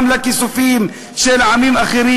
גם לכיסופים של עמים אחרים.